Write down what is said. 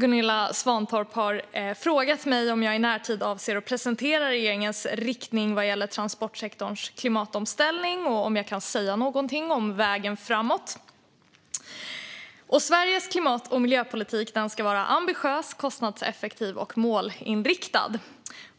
Gunilla Svantorp har frågat mig om jag i närtid avser att presentera regeringens riktning vad gäller transportsektorns klimatomställning och om jag kan säga någonting om vägen framåt. Sveriges klimat och miljöpolitik ska vara ambitiös, kostnadseffektiv och målinriktad.